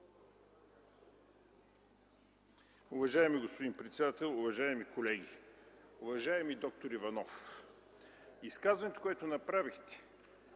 Уважаеми господин председател, уважаеми колеги! Уважаеми д-р Иванов, изказването, което направихте,